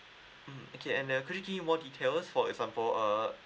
mm okay and uh could you give me more details for example uh